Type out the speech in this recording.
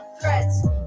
threats